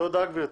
תודה גברתי.